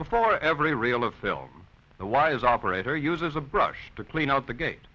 before every real a film the wires operator uses a brush to clean out the gate